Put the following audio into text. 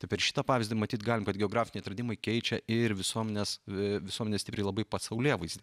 tai per šitą pavyzdį matyt galim kad geografiniai atradimai keičia ir visuomenės visuomenė stipriai labai pasaulėvaizdį